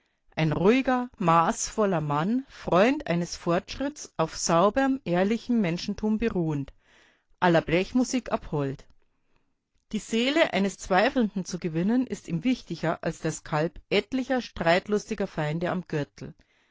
ein ruhiger maßvoller mann freund eines fortschritts auf sauberm ehrlichem menschentum beruhend aller blechmusik abhold die seele eines zweifelnden zu gewinnen ist ihm wichtiger als der skalp etlicher streitlustiger feinde am gürtel